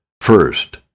first